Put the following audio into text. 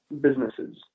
businesses